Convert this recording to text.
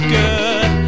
good